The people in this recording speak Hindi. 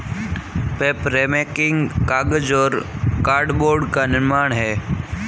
पेपरमेकिंग कागज और कार्डबोर्ड का निर्माण है